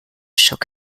shook